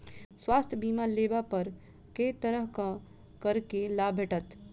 स्वास्थ्य बीमा लेबा पर केँ तरहक करके लाभ भेटत?